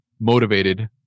motivated